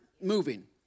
moving